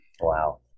Wow